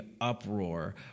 uproar